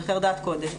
בחרדת קודש.